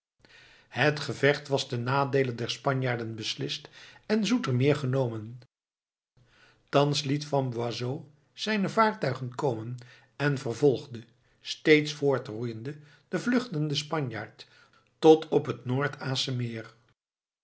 het gevecht was ten nadeele der spanjaarden beslist en zoetermeer genomen thans liet van boisot al zijne vaartuigen komen en vervolgde steeds voortroeiende den vluchtenden spanjaard tot op het noord aasche